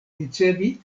ricevi